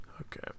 Okay